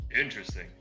Interesting